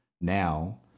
Now